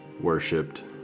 worshipped